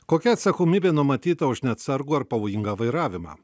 kokia atsakomybė numatyta už neatsargų ar pavojingą vairavimą